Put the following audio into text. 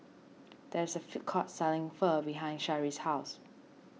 there is a food court selling Pho behind Shari's house